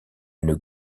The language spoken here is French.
une